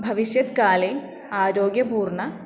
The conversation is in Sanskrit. भविष्यत् काले आरोग्यपूर्णम्